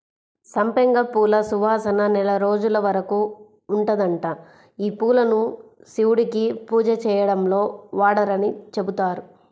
సంపెంగ పూల సువాసన నెల రోజుల వరకు ఉంటదంట, యీ పూలను శివుడికి పూజ చేయడంలో వాడరని చెబుతారు